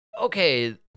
Okay